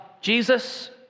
Jesus